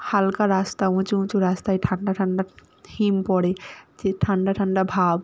হালকা রাস্তা উঁচু উঁচু রাস্তায় ঠান্ডা ঠান্ডা হিম পড়ে যে ঠান্ডা ঠান্ডা ভাব